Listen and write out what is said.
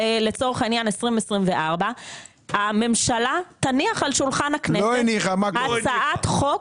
לצורך העניין 2024. הממשלה תניח על שולחן הכנסת הצעת חוק